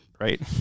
right